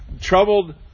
troubled